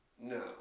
No